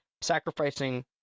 sacrificing